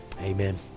Amen